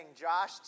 Josh